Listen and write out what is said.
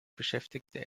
beschäftigte